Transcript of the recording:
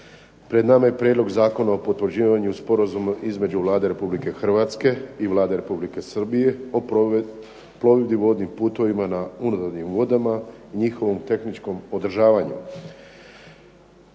Pred nama je Prijedlog zakona o potvrđivanju Sporazuma između Vlade Republike Hrvatske i Vlade Republike Srbije o plovidbi vodnim putovima na unutarnjim vodama i njihovom tehničkom održavanju.